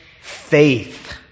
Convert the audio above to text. faith